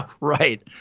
right